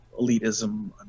elitism